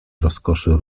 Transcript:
rozkoszy